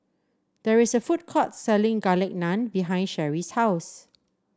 there is a food court selling Garlic Naan behind Sherri's house